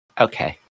Okay